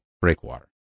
breakwater